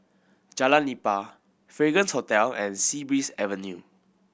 Jalan Nipah Fragrance Hotel and Sea Breeze Avenue